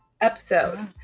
episode